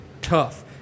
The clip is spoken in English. tough